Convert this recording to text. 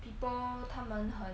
people 他们很